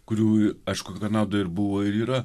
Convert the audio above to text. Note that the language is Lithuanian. kurių aišku granadoje ir buvo ir yra